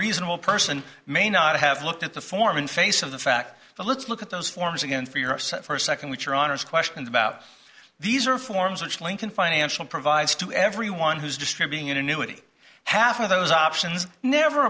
reasonable person may not have looked at the form in face of the fact but let's look at those forms again for your set for a second which your honour's questions about these are forms which lincoln financial provides to everyone who's distributing it annuity half of those options never